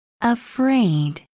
Afraid